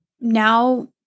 now